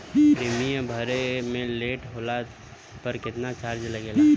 Premium भरे मे late होला पर केतना चार्ज लागेला?